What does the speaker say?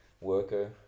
worker